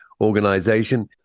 Organization